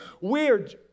weird